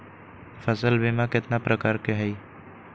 फसल बीमा कतना प्रकार के हई?